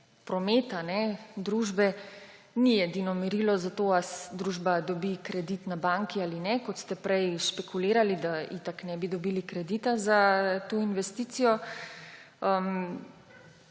prometa družbe ni edino merilo za to, ali družba dobi kredit na banki ali ne, kot ste prej špekulirali, da itak ne bi dobili kredita za to investicijo.